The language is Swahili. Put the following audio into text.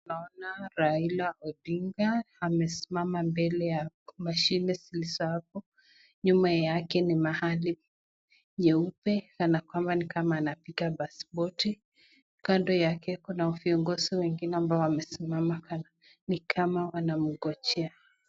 Naona Raila Odinga amesimama mbele ya mashine zilizo hapo nyuma yake ni mahali nyeupe kana kwamba ni kama anapika pasipoti. Kando yake kuna viongozi wengine ambao wamesimama ni kama wanamngojea.